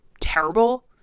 terrible